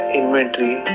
inventory